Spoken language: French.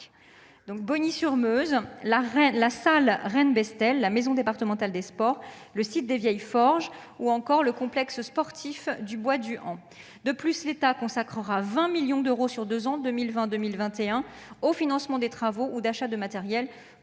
Bogny-sur-Meuse, la salle Reine Bestel à Charleville-Mézières, la maison départementale des sports, le site des Vieilles Forges et le complexe sportif du Bois du Han. De plus, l'État consacrera 20 millions d'euros sur deux ans- en 2021 et en 2022 -au financement de travaux ou d'achats de matériel